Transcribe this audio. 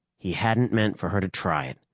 he hadn't meant for her to try it,